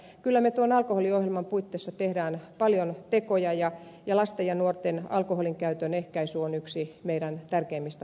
kyllä me tuon alkoholiohjelman puitteissa teemme paljon tekoja ja lasten ja nuorten alkoholinkäytön ehkäisy on yksi meidän tärkeimmistä painopistealueistamme